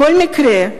בכל מקרה,